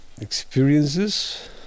experiences